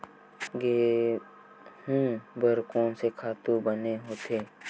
गेहूं बर कोन से खातु बने होथे?